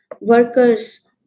workers